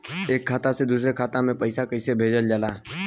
एक खाता से दूसरा खाता में पैसा कइसे भेजल जाला?